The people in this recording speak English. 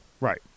Right